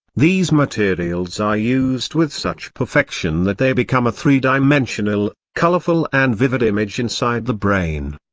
these materials are used with such perfection that they become a three-dimensional, colorful and vivid image inside the brain.